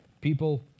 People